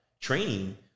training